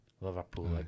Liverpool